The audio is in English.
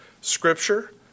scripture